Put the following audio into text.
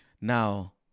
Now